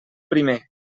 primer